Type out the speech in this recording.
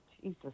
Jesus